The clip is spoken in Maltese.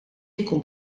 jkun